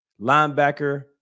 linebacker